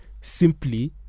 simply